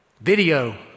Video